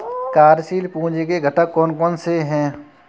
कार्यशील पूंजी के घटक कौन कौन से हैं?